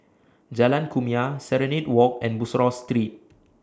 Jalan Kumia Serenade Walk and Bussorah Street